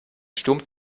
sturm